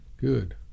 Good